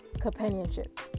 companionship